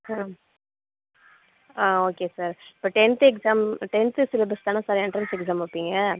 ஆ okay sir இப்போ tenth exam tenth syllabus தானே sir entrance exam வைப்பிங்க